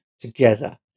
Together